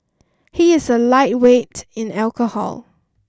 he is a lightweight in alcohol